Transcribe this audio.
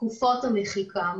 תקופות המחיקה,